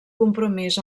compromís